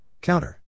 Counter